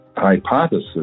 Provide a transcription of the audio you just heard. hypothesis